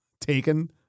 Taken